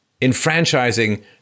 enfranchising